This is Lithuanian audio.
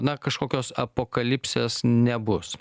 na kažkokios apokalipsės nebus